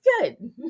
good